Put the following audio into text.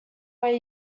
where